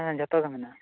ᱦᱮᱸ ᱡᱷᱚᱛᱚᱜᱮ ᱢᱮᱱᱟᱜᱼᱟ